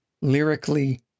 lyrically